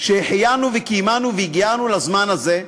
שהחיינו וקיימנו והגיענו לזמן הזה.